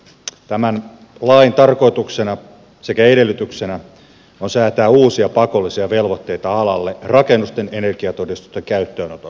tämän lain tarkoituksena sekä edellytyksenä on säätää uusia pakollisia velvoitteita alalle rakennusten energiatodistusten käyttöönoton muodossa